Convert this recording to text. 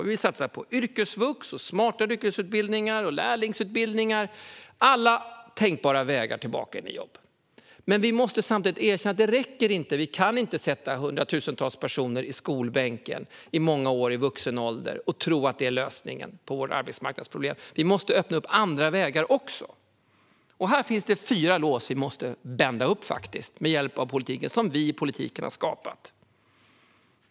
Vi vill satsa på yrkesvux och smartare yrkesutbildningar och lärlingsutbildningar - alla tänkbara vägar tillbaka in i jobb. Men vi måste samtidigt erkänna att det inte räcker. Vi kan inte sätta hundratusentals personer i skolbänken i många år i vuxen ålder och tro att det är lösningen på våra arbetsmarknadsproblem. Vi måste öppna andra vägar också. Här finns fyra lås som vi i politiken har skapat och som vi måste bända upp med hjälp av politiken.